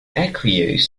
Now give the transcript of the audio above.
aqueous